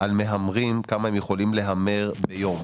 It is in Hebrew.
על מהמרים, כמה הם יכולים להמר ביום.